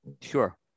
Sure